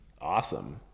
awesome